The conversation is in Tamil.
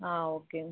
ஆ ஓகேங்க